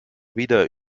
wieder